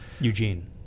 Eugene